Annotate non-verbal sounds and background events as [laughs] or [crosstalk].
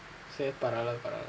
[laughs]